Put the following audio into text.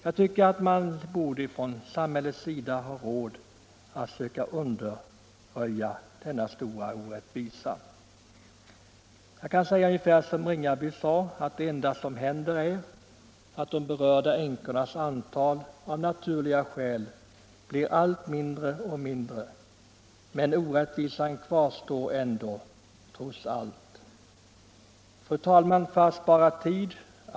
Jag tycker att man från samhällets sida borde ha råd att söka undanröja denna stora orättvisa. Jag kan säga som herr Ringaby, att det enda som händer är att dessa änkors antal av naturliga skäl blir allt mindre, men att orättvisan trots allt kvarstår. Fru talman!